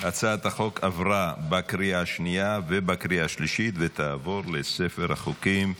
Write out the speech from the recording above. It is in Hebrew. הצעת החוק עברה בקריאה השנייה ובקריאה השלישית ותעבור לספר החוקים.